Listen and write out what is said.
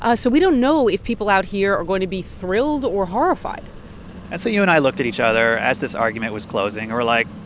ah so we don't know if people out here are going to be thrilled or horrified and so you and i looked at each other as this argument was closing. we're like,